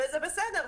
וזה בסדר.